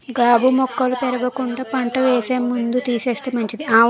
గాబు మొక్కలు పెరగకుండా పంట వేసే ముందు తీసేస్తే మంచిది